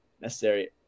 necessary